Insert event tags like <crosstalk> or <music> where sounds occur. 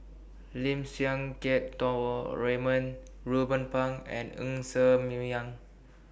Lim Siang Keat <unintelligible> Raymond Ruben Pang and Ng Ser <unintelligible>